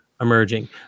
emerging